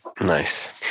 Nice